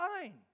Fine